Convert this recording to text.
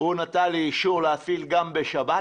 הוא נתן לי אישור להפעיל גם בשבת.